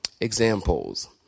examples